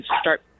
start